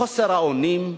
חוסר האונים,